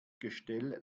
gestell